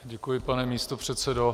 Děkuji, pane místopředsedo.